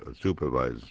supervise